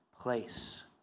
place